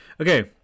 Okay